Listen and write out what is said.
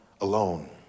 alone